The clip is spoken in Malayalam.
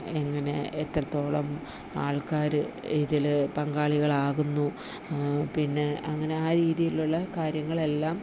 എങ്ങനെ എത്രത്തോളം ആൾക്കാർ ഇതിൽ പങ്കാളികൾ ആകുന്നു പിന്നെ അങ്ങനെ ആ രീതിയിലുള്ള കാര്യങ്ങൾ എല്ലാം